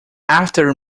after